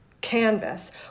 canvas